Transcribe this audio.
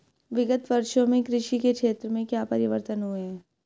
विगत वर्षों में कृषि के क्षेत्र में क्या परिवर्तन हुए हैं?